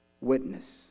witness